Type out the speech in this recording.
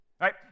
right